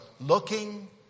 looking